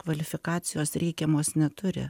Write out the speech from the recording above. kvalifikacijos reikiamos neturi